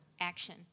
action